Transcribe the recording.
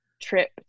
trip